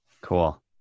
Cool